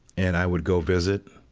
and i would go visit,